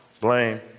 blame